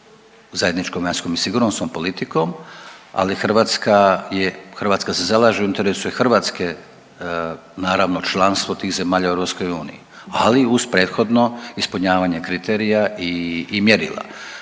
zajedničkom vanjskom i sigurnosnom politikom, ali Hrvatska je, Hrvatska se zalaže, u interesu je Hrvatske naravno članstvo tih zemalja u EU, ali uz prethodno ispunjavanje kriterija i mjerila.